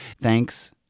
Thanks